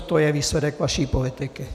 To je výsledek vaší politiky.